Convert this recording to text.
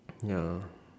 ya